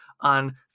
on